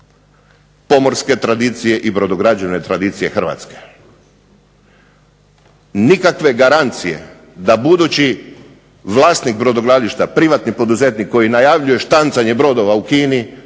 pomorske tradicije i brodograđevne tradicije Hrvatske. Nikakve garancije da budući vlasnik brodogradilišta, privatni poduzetnik koji najavljuje štancanje brodova u Kini,